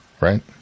right